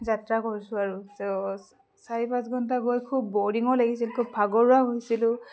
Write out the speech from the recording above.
যাত্ৰা কৰিছোঁ আৰু তহ চাৰি পাঁচ ঘণ্টা গৈ খুব বৰিঙো লাগিছিল খুব ভাগৰুৱাও হৈছিলোঁ